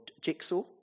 jigsaw